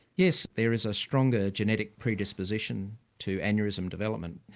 yes, there is a strong ah genetic predisposition to aneurysm development.